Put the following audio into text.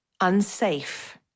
unsafe